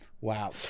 Wow